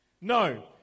no